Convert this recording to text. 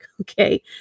okay